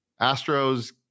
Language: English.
Astros